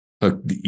look